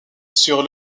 sur